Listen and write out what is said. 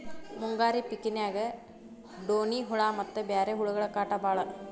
ಮುಂಗಾರಿ ಪಿಕಿನ್ಯಾಗ ಡೋಣ್ಣಿ ಹುಳಾ ಮತ್ತ ಬ್ಯಾರೆ ಹುಳಗಳ ಕಾಟ ಬಾಳ